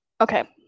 Okay